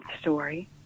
story